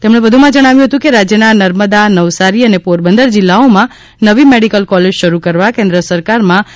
તેમણે વધુમાં જણાવ્યું હતું કે રાજ્યના નર્મદા નવસારી અને પોરબંદર જિલ્લાઓમાં નવી મેડિકલ કોલેજો શરૂ કરવા કેન્દ્ર સરકારમાં દરખાસ્ત કરાશે